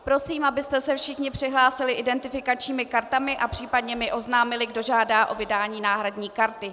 Prosím, abyste se všichni přihlásili identifikačními kartami a případně mi oznámili, kdo žádá o vydání náhradní karty.